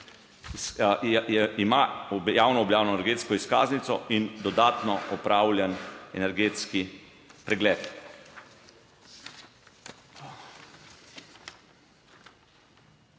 ima javno objavljeno energetsko izkaznico in dodatno opravljen energetski pregled.